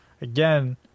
again